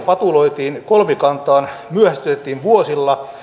vatuloitiin kolmikantaan myöhästytettiin vuosilla